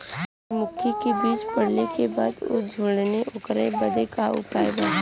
सुरजमुखी मे बीज पड़ले के बाद ऊ झंडेन ओकरा बदे का उपाय बा?